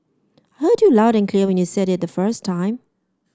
heard you loud and clear when you said it the first time